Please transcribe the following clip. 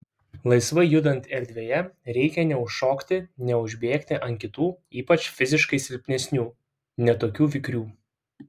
laisvai judant erdvėje reikia neužšokti neužbėgti ant kitų ypač fiziškai silpnesnių ne tokių vikrių